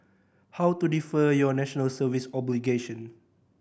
how to defer your National Service obligation